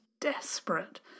desperate